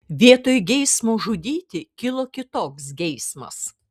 vietoj geismo žudyti kilo kitoks geismas